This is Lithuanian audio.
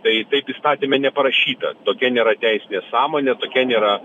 tai taip įstatyme neparašyta tokia nėra teisinė sąmonė tokia nėra